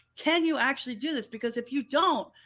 can you actually do this? because if you don't,